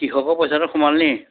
কৃষকৰ পইচাটো সোমাল নি